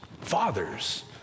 Fathers